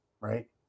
right